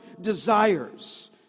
desires